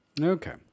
Okay